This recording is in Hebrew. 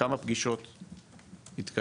כמה פגישות התקיימו,